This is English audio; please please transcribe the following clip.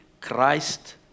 Christ